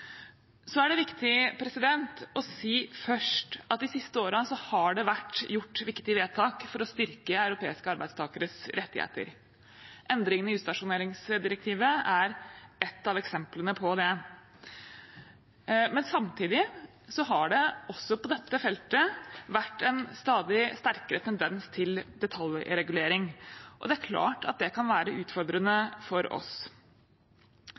Så er det viktig å si først at de siste årene har det vært gjort viktige vedtak for å styrke europeiske arbeidstakeres rettigheter. Endringene i utstasjoneringsdirektivet er et av eksemplene på det. Men samtidig har det også på dette feltet vært en stadig sterkere tendens til detaljregulering, og det er klart at det kan være utfordrende for oss.